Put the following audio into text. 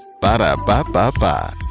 Ba-da-ba-ba-ba